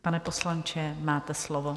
Pane poslanče, máte slovo.